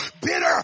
bitter